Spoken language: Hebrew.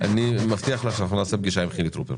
אני מבטיח לך שאנחנו נעשה פגישה עם חילי טרופר,